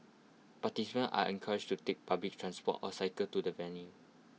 participants are encouraged to take public transport or cycle to the venue